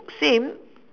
same